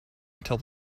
until